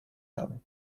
haben